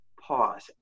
pause